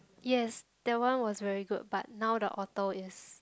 yes that one way very good but now the author is